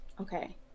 okay